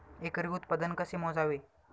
एकरी उत्पादन कसे मोजावे?